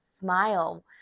smile